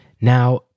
Now